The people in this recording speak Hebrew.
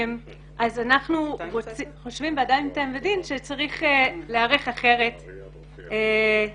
אנחנו באדם טבע ודין חושבים שצריך להיערך אחרת לגבי